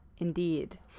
Indeed